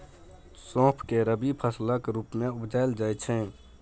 सौंफ केँ रबी फसलक रुप मे उपजाएल जाइ छै